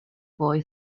boy